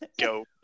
go